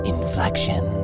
Inflection